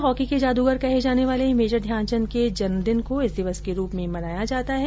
hockey के जादूगर कहे जाने वाले मेजर ध्यानचंद के जन्म दिन को इस दिवस के रूप में मनाया जाता है